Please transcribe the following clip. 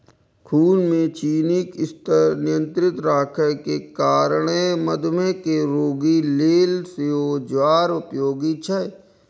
खून मे चीनीक स्तर नियंत्रित राखै के कारणें मधुमेह के रोगी लेल सेहो ज्वार उपयोगी छै